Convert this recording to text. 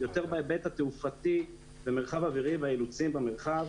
יותר להיבט התעופתי במרחב האווירי והאילוצים במרחב.